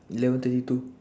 eleven thirty two